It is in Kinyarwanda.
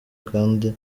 kandi